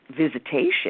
visitation